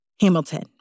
Hamilton